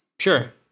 Sure